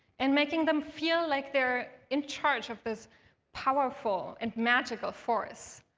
and making them feel like they're in charge of this powerful and magical force.